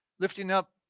lifting up,